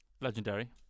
Legendary